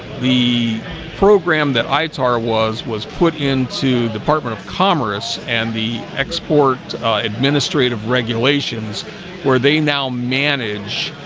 the program that itar was was put into department of commerce and the export administrative regulations where they now manage?